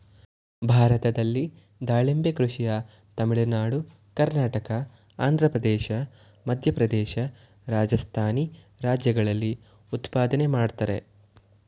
ಭಾರತದಲ್ಲಿ ದಾಳಿಂಬೆ ಕೃಷಿಯ ತಮಿಳುನಾಡು ಕರ್ನಾಟಕ ಆಂಧ್ರಪ್ರದೇಶ ಮಧ್ಯಪ್ರದೇಶ ರಾಜಸ್ಥಾನಿ ರಾಜ್ಯಗಳಲ್ಲಿ ಉತ್ಪಾದನೆ ಮಾಡ್ತರೆ